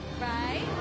right